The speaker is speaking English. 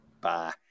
Bye